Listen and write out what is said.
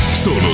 Solo